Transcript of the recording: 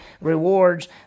rewards